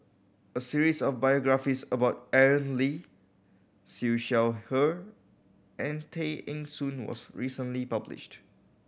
a series of biographies about Aaron Lee Siew Shaw Her and Tay Eng Soon was recently published